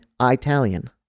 Italian